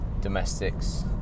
domestics